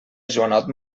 joanot